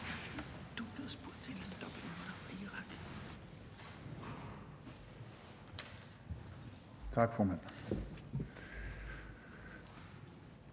Tak for det.